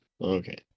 okay